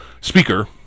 speaker